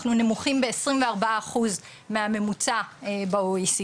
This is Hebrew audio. אנחנו נמוכים בעשרים וארבעה אחוז מהממוצע ב-OECD.